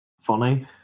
funny